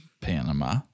Panama